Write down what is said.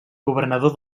governador